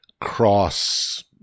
Cross